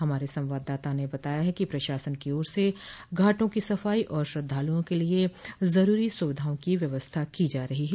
हमारे संवाददाता ने बताया है कि प्रशासन की ओर से घाटों की सफाई और श्रद्धालुओं के लिए जरूरी सुविधाओं की व्यवस्था की जा रही है